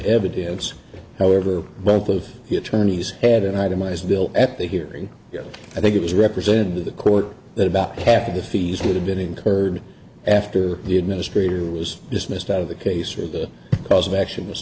evidence however both of the attorneys had an itemized bill at the hearing i think it was represented to the court that about half of the fees would have been incurred after the administrator was dismissed out of the case or the cause of action was